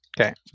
Okay